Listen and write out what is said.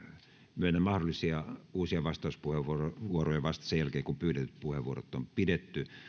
myönnän mahdollisia uusia vastauspuheenvuoroja vasta sen jälkeen kun pyydetyt puheenvuorot on pidetty